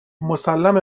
مسلمه